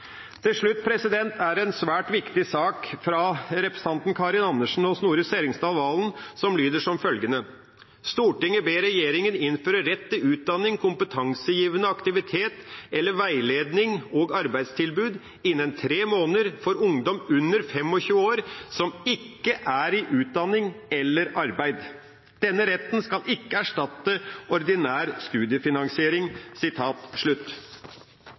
Til slutt er det en svært viktig sak fra representanten Karin Andersen og Snorre Serigstad Valen, som lyder: «Stortinget ber regjeringen innføre rett til utdanning, kompetansegivende aktivitet og/eller veiledning og arbeidstilbud innen tre måneder for ungdom under 25 år som ikke er i utdanning eller arbeid. Denne retten skal ikke erstatte ordinær studiefinansiering.»